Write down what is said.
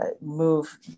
move